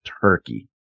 turkey